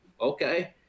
okay